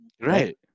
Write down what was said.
Right